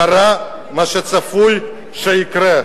קרה מה שצפוי שיקרה,